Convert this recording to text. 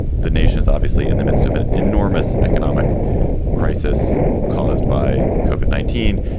the nation is obviously in the midst of an enormous economic crisis caused by kind of at nineteen.